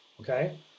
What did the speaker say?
okay